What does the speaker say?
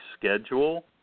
schedule